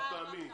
חד פעמית.